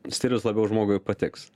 stilius labiau žmogui patiks